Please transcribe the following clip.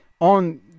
on